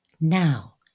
Now